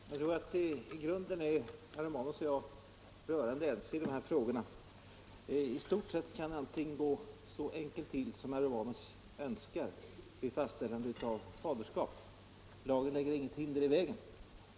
Herr talman! Jag tror att herr Romanus och jag i grunden är rörande ense i dessa frågor. I stort sett kan allting gå så enkelt till som herr Romanus önskar vid fastställande av faderskap. Lagen lägger inget hinder i vägen.